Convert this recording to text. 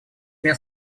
мне